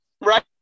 right